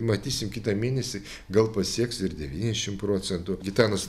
matysim kitą mėnesį gal pasieks ir devyniasdešim procentų gitanas